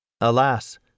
Alas